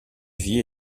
vit